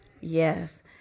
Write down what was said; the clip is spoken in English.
Yes